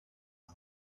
now